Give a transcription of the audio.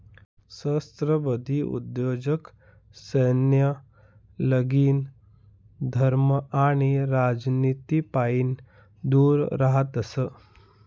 सहस्त्राब्दी उद्योजक सैन्य, लगीन, धर्म आणि राजनितीपाईन दूर रहातस